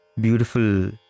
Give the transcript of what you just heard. beautiful